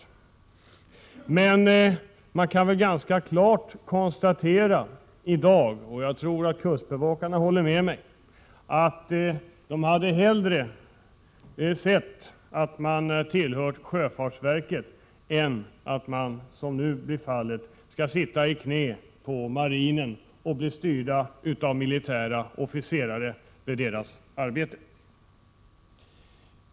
I dag kan man väl ganska klart konstatera — jag tror att kustbevakarna håller med mig — att de hellre hade sett att de tillhört sjöfartsverket än att, som nu blir fallet, sitta i knät på marinen och bli styrd av militära officerare i sitt arbete.